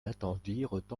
attendirent